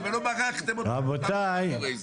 רבותיי.